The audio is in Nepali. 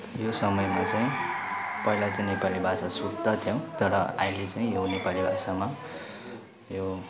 यो समयमा चाहिँ पहिला चाहिँ नेपाली भाषा शुद्ध थियौँ तर अहिले चाहिँ यो नेपाली भाषामा यो